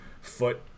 foot